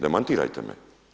Demantirajte me.